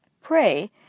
pray